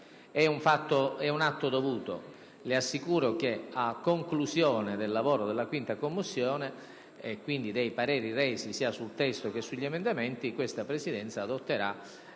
È un atto dovuto. Le assicuro, senatore Morando, che a conclusione del lavoro della 5a Commissione, e quindi dei pareri resi sia sul testo che sugli emendamenti, questa Presidenza adotterà